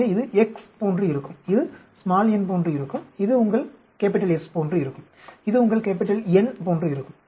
எனவே இது x போன்று இருக்கும் இது n போன்று இருக்கும் இது உங்கள் S போன்று இருக்கும் இது உங்கள் N போன்று இருக்கும்